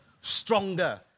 stronger